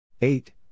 eight